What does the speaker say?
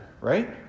right